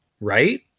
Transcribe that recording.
right